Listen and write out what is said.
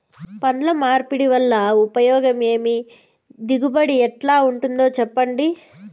పంట మార్పిడి వల్ల ఉపయోగం ఏమి దిగుబడి ఎట్లా ఉంటుందో చెప్పండి?